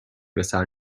بسر